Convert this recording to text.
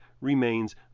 remains